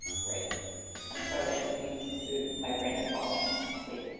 right and sorry, i do need some food. my brain is falling asleep.